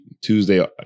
Tuesday